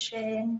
יש גם